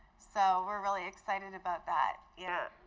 so we're really excited about that. yeah!